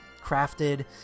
crafted